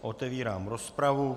Otevírám rozpravu.